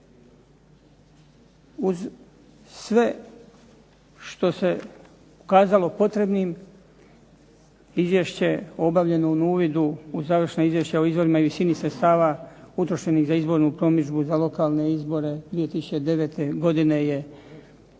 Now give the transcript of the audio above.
Uz sve što se ukazalo potrebnim izvješće je objavljeno u uvidu u završna izvješća o izvorima i visini sredstava utrošenih za izbornu promidžbu za lokalne izbore 2009. godine je